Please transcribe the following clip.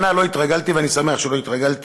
שנה, לא התרגלתי, ואני שמח שלא התרגלתי.